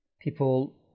people